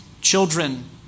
Children